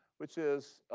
which is